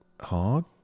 hard